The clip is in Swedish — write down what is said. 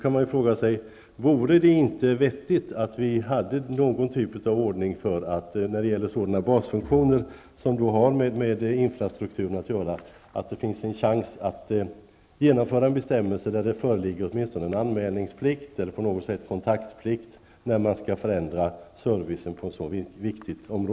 Man kan då fråga sig: Vore det inte vettigt att genomföra en bestämmelse enligt vilken det föreligger åtminstone en anmälningsplikt, kontaktplikt eller liknande när man skall förändra servicen när det gäller sådana basfunktioner som har med infrastrukturen att göra?